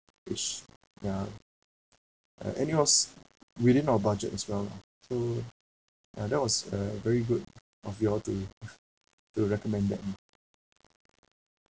which ya uh anyhow within our budget as well lah so ya that was a very good of the all the we will recommend that mm